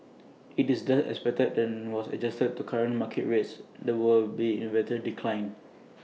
IT is thus expected then was adjusted to current market rates there will be in whether decline